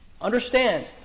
Understand